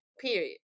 Period